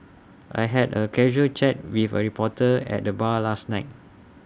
I had A casual chat with A reporter at the bar last night